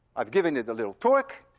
i've given it a little torque.